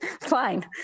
fine